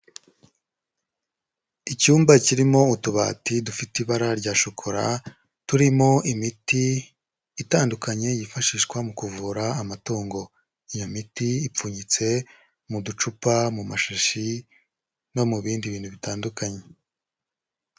Icyumba kirimo utubati dufite ibara rya shokora, turimo imiti itandukanye yifashishwa mu kuvura amatungo, iyo miti ipfunyitse mu ducupa, mu mashashi no mu bindi bintu bitandukanye.